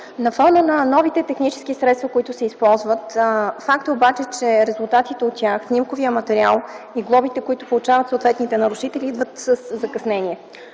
На фона на новите технически средства, които се използват, е факт, че резултатите от тях – снимковият материал и глобите, които получават съответните нарушители, идват със закъснение.